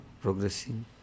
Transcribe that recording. progressing